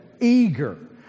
Eager